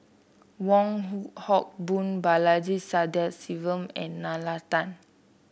Wong Hock Boon Balaji Sadasivan and Nalla Tan